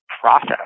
process